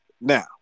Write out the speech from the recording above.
Now